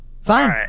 Fine